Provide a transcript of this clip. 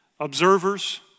Observers